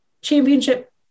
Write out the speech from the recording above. championship